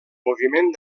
moviment